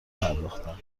پرداختند